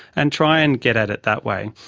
and try and get at it that way.